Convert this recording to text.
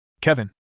Kevin